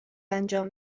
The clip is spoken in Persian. انجام